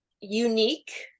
unique